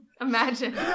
Imagine